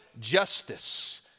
justice